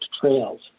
trails